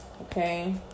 Okay